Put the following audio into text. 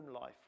life